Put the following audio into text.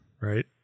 Right